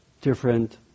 different